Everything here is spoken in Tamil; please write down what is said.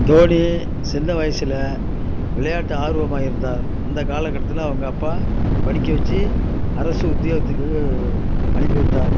தோனி சின்ன வயசில் விளையாட்டு ஆர்வமாக இருந்தார் அந்த காலக்கட்டத்தில் அவங்க அப்பா படிக்க வச்சி அரசு உத்தியோகத்துக்கு அனுப்பிவிட்டார்